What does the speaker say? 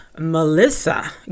melissa